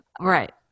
right